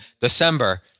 December